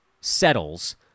settles